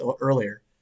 earlier